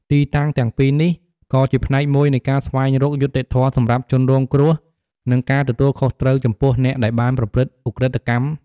ទីតាំងទាំងពីរនេះ ក៏ជាផ្នែកមួយនៃការស្វែងរកយុត្តិធម៌សម្រាប់ជនរងគ្រោះ និងការទទួលខុសត្រូវចំពោះអ្នកដែលបានប្រព្រឹត្តឧក្រិដ្ឋកម្ម។